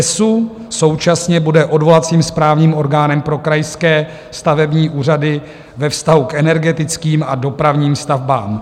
DESÚ současně bude odvolacím správním orgánem pro krajské stavební úřady ve vztahu k energetickým a dopravním stavbám.